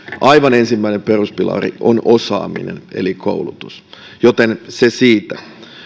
aivan ensimmäinen peruspilari on osaaminen eli koulutus joten se siitä